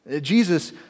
Jesus